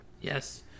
yes